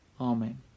Amen